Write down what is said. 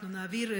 אנחנו נעביר,